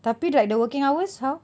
tapi like the working hours how